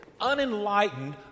unenlightened